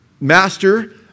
master